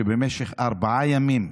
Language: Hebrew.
שבמשך ארבעה ימים,